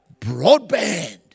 broadband